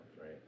right